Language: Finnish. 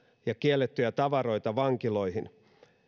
ja kiellettyjä tavaroita vankiloihin